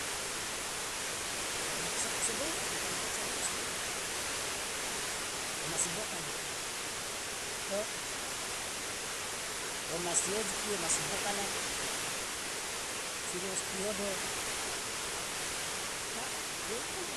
kalu bahasa loloda so bong womasi bokala to womasi ojiki womasi bokala sude wostiodo ka yaitu.